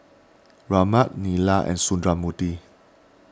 Ramnath Neila and Sundramoorthy